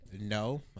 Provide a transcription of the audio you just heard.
no